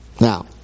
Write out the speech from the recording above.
Now